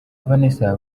vanessa